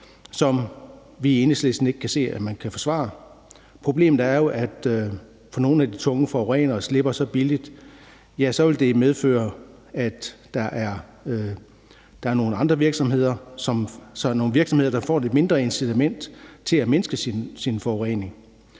som vi i Enhedslisten ikke kan se at man kan forsvare. Problemet er jo, at når nogle af de tunge forurenere slipper så billigt, vil det medføre, at der så er nogle virksomheder, der får lidt mindre incitament til at mindske deres forurening.